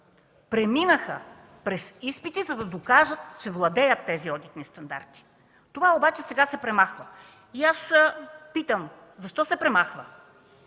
преминаха през изпити, за да докажат, че владеят тези одитни стандарти. Това обаче сега се премахва. И аз питам защо се премахва?